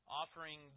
offering